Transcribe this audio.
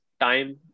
time